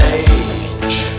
age